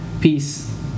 Peace